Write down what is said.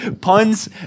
puns